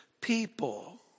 people